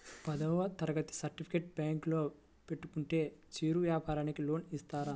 పదవ తరగతి సర్టిఫికేట్ బ్యాంకులో పెట్టుకుంటే చిరు వ్యాపారంకి లోన్ ఇస్తారా?